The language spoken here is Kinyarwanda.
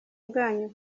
bwanyu